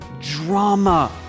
drama